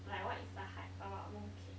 like what is the hype about mooncake